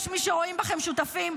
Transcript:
יש מי שרואים בכם שותפים.